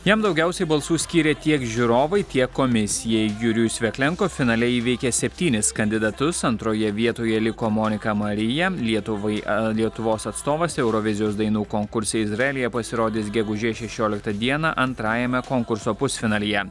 jam daugiausiai balsų skyrė tiek žiūrovai tiek komisijai jurijus veklenko finale įveikė septynis kandidatus antroje vietoje liko monika marija lietuvai lietuvos atstovas eurovizijos dainų konkurse izraelyje pasirodys gegužės šešioliktą dieną antrajame konkurso pusfinalyje